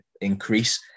increase